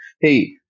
Hey